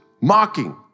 mocking